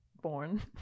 born